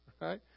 right